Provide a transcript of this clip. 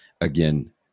again